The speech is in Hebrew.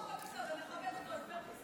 הכול בסדר, נכבד אותו.